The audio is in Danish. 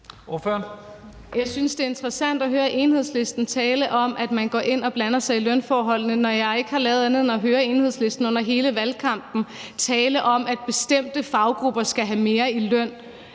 Jeg synes, det er interessant at høre Enhedslisten tale om, at man går ind og blander sig i lønforholdene, når jeg ikke har lavet andet end at høre Enhedslisten under hele valgkampen tale om, at bestemte faggrupper skal have mere i løn.